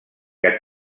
que